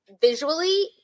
visually